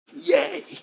Yay